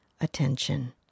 attention